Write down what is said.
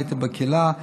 בבית ובקהילה,